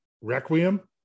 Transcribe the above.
Requiem